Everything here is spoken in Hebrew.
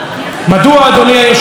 מדוע, אדוני היושב-ראש,